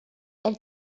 elle